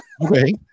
Okay